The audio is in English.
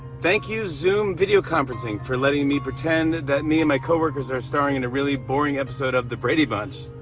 thank you, zoom video conferencing, for letting me pretend that me and my coworkers are starring in a really boring episode of the brady bunch.